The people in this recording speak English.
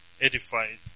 edified